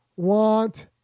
Want